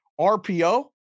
RPO